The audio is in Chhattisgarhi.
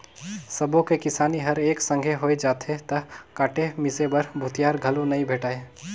सबो के किसानी हर एके संघे होय जाथे त काटे मिसे बर भूथिहार घलो नइ भेंटाय